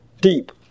deep